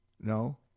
no